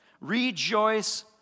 Rejoice